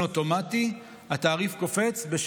ביולי התעריף קופץ אוטומטית,